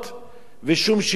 ושום שינוי לא יחול.